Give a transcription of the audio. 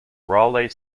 raleigh